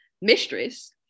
mistress